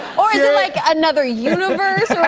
or is it, like, another universe